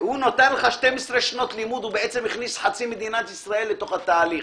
הוא נתן לך 12 שנות לימוד ובעצם הכניס חצי מדינת ישראל לתוך התהליך.